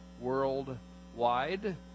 Worldwide